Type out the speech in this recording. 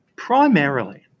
Primarily